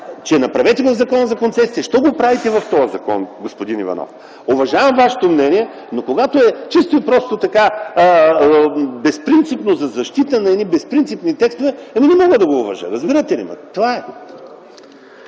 Станислав Иванов.) Защо го правите в този закон, господин Иванов? Уважавам Вашето мнение, но когато е чисто и просто така безпринципно за защита на едни безпринципни текстове, ами, не мога да го уважа. Разбирате ли ме? Това е!